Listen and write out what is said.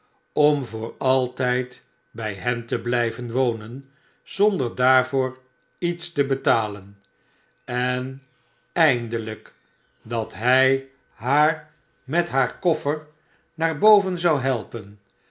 om voor altijd bij hen te blijven wonen zonder daarvoor iets te betalen en eindelijk dat hij haar met haar koffer naar boven zou helpen